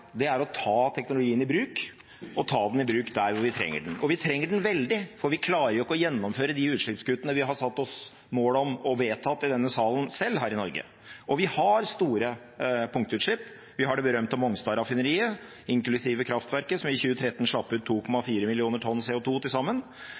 Det er å ta teknologien i bruk og ta den i bruk der vi trenger den. Og vi trenger den veldig, for vi klarer ikke å gjennomføre de utslippskuttene vi har satt oss som mål og vedtatt i denne salen selv her i Norge. Vi har store punktutslipp. Vi har det berømte Mongstad-raffineriet, inklusiv kraftverket, som i 2013 slapp ut 2,4 millioner tonn CO2 til sammen.